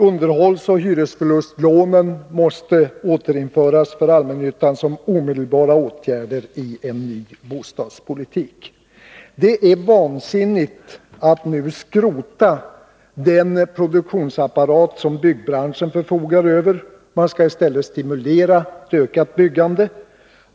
Underhållsoch hyresförlustlånen måste återinföras för allmännyttan som en omedelbar åtgärd i en ny bostadspolitik. Det är vansinnigt att nu skrota den produktionsapparat som byggbranschen förfogar över. Man skall i stället stimulera ett ökat byggande.